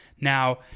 Now